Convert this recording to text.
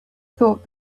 thought